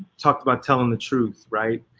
talked about telling the truth, right.